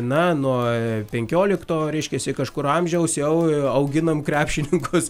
na nuo penkiolikto reiškiasi kažkur amžiaus jau auginom krepšininkus